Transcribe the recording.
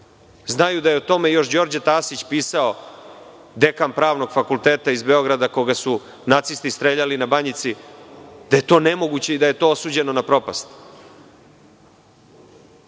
znaju da je o tome još Đorđe Tasić pisao, dekan Pravnog fakulteta iz Beograda koga su nacisti streljali na Banjici, da je to nemoguće i da je to osuđeno na propast.